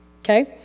Okay